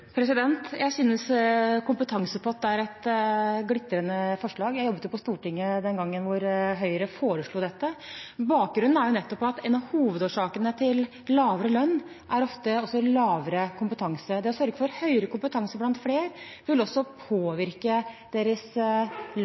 Jeg synes kompetansepott er et glitrende forslag. Jeg jobbet på Stortinget den gangen Høyre foreslo dette. Bakgrunnen er nettopp at en av hovedårsakene til lavere lønn ofte også er lavere kompetanse. Det å sørge for høyere kompetanse blant flere vil også påvirke deres